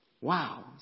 Wow